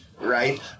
right